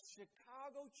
Chicago